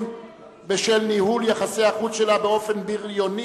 בשל ניהול יחסי החוץ שלה באופן בריוני.